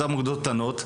אותן אגודות קטנות,